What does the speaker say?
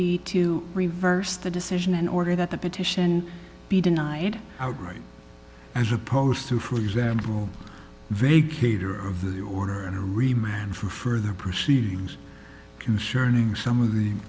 be to reverse the decision in order that the petition be denied outright as opposed to for example vacated of the order and remained for further proceedings concerning some of the